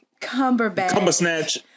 Cumberbatch